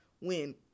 win